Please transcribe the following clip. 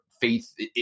faith